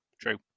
true